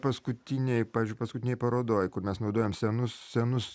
paskutinėj pavyzdžiui paskutinėj parodoj kur mes naudojam senus senus